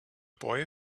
boy